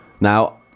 now